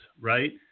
right